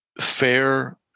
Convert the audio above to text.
fair